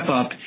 up